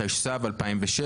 התשס"ו-2006,